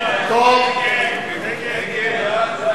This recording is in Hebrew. אי-אמון בממשלה